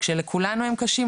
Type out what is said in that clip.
כשלכולנו הזמנים קשים,